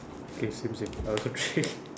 okay same same uh thirsty